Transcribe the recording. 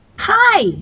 Hi